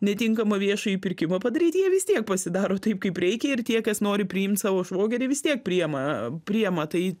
netinkamą viešąjį pirkimą padaryti jie vis tiek pasidaro taip kaip reikia ir tie kas nori priimt savo švogerį vis tiek priima priima tai